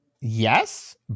Yes